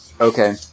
Okay